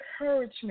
encouragement